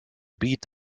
beat